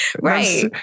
Right